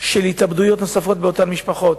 של התאבדויות נוספות באותן משפחות.